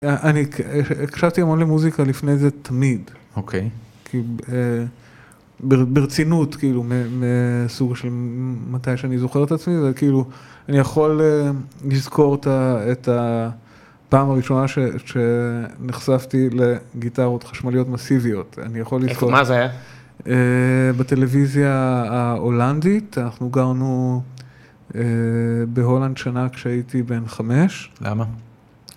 אני הקשבתי המון למוזיקה לפני זה תמיד. - אוקיי. כן. כי ברצינות, כאילו, מסוג של ממתי שאני זוכר את עצמי, וכאילו, אני יכול לזכור את ה... את הפעם הראשונה שנחשפתי לגיטרות חשמליות מסיביות. אני יכול לזכור... - איך? מה זה היה? בטלוויזיה ההולנדית. אנחנו גרנו בהולנד שנה כשהייתי בן חמש. - למה?